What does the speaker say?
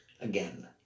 again